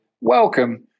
Welcome